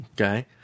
Okay